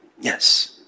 Yes